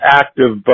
active